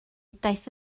daeth